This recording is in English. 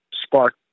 spark